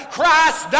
Christ